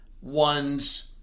one's